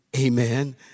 amen